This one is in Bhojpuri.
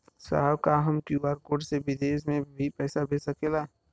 साहब का हम क्यू.आर कोड से बिदेश में भी पैसा भेज सकेला?